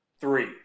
three